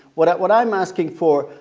what what i'm asking for,